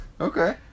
Okay